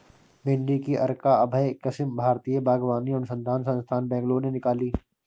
भिंडी की अर्का अभय किस्म भारतीय बागवानी अनुसंधान संस्थान, बैंगलोर ने निकाली